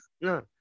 No